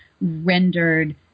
rendered